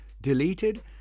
deleted